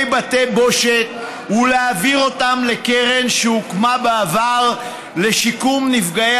בתי בושת ולהעביר אותם לקרן שהוקמה בעבר לשיקום נפגעי